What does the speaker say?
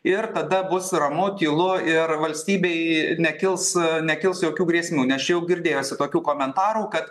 ir tada bus ramu tylu ir valstybei nekils nekils jokių grėsmių nes čia jau girdėjosi tokių komentarų kad